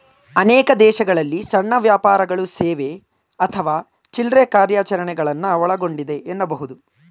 ಅನೇಕ ದೇಶಗಳಲ್ಲಿ ಸಣ್ಣ ವ್ಯಾಪಾರಗಳು ಸೇವೆ ಅಥವಾ ಚಿಲ್ರೆ ಕಾರ್ಯಾಚರಣೆಗಳನ್ನ ಒಳಗೊಂಡಿದೆ ಎನ್ನಬಹುದು